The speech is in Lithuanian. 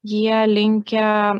jie linkę